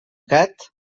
gat